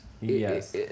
Yes